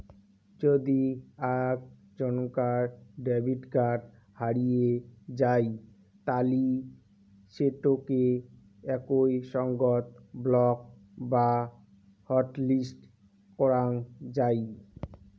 যদি আক ঝন্কার ডেবট কার্ড হারিয়ে যাই তালি সেটোকে একই সঙ্গত ব্লক বা হটলিস্ট করাং যাই